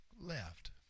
left